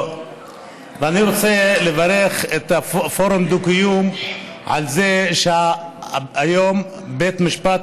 אני רוצה לברך את פורום דו-קיום על כך שהיום בית המשפט